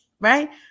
Right